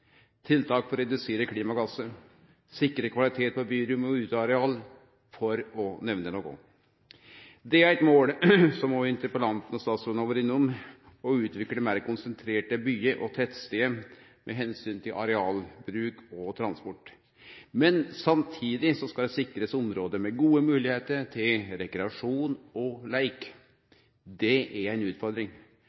tiltak for å redusere klimagassar og sikre kvalitet på byrom og uteareal – for å nemne noko. Det er eit mål, som òg interpellanten og statsråden har vore innom, å utvikle meir konsentrerte byar og tettstader med omsyn til arealbruk og transport. Men samtidig skal det sikrast område med gode moglegheiter til rekreasjon og leik. Det er ei utfordring.